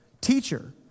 teacher